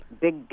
Big